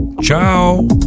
Ciao